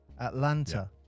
Atlanta